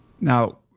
Now